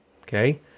Okay